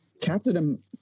Captain